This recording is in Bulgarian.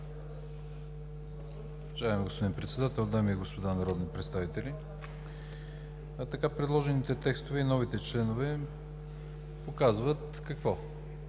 Уважаеми господин Председател, дами и господа народни представители! Така предложените текстове и новите членове показват – какво?